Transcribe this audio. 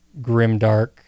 grimdark